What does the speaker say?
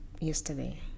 yesterday